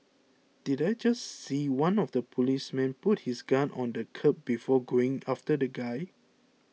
did I just see one of the policemen put his gun on the curb before going after the guy